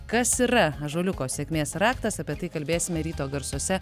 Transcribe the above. kas yra ąžuoliuko sėkmės raktas apie tai kalbėsime ryto garsuose